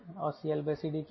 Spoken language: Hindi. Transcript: और CLCD क्या है